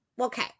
okay